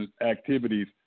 activities